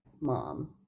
mom